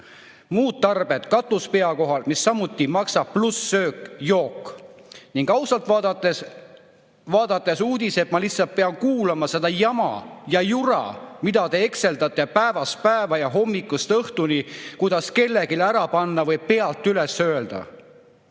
muud tarbed, katus pea kohal, mis samuti maksab, pluss söök-jook. Ning ausalt, vaadates uudiseid ma lihtsalt pean kuulama seda jama ja jura, mida te hekseldate päevast päeva ja hommikust õhtuni, kuidas kellelegi ära panna või pealt üles öelda.